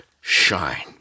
shine